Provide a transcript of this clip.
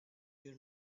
your